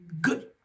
Good